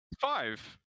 Five